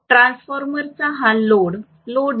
ट्रान्सफॉर्मरचा हा load load नाही